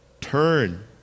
Turn